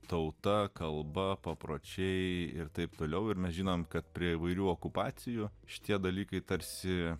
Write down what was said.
tauta kalba papročiai ir taip toliau ir mes žinome kad prie įvairių okupacijų šitie dalykai tarsi